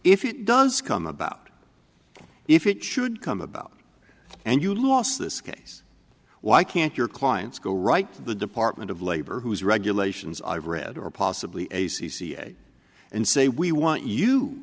if it does come about if it should come about and you lost this case why can't your clients go right to the department of labor who's regulations i've read or possibly a c c a and say we want you